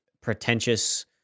pretentious